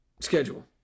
schedule